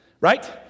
right